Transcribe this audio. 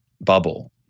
bubble